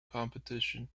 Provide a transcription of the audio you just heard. competition